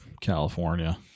California